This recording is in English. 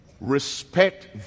Respect